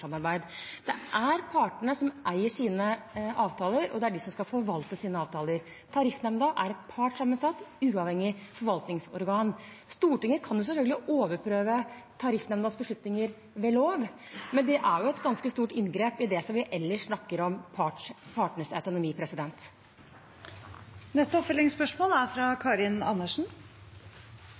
Det er partene som eier sine avtaler, og det er de som skal forvalte sine avtaler. Tariffnemnda er et partssammensatt, uavhengig forvaltningsorgan. Stortinget kan selvfølgelig overprøve Tariffnemndas beslutninger ved lov, men det er et ganske stort inngrep i det som vi ellers snakker om, partenes autonomi. Karin Andersen – til oppfølgingsspørsmål.